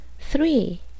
Three